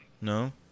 No